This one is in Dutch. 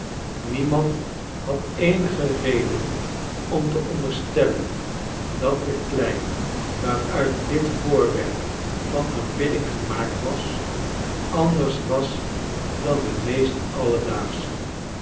niemand had eenige reden om te onderstellen dat de klei waaruit dit voorwerp van aanbidding gemaakt was auders was dan de meest alledaagsche